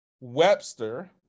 Webster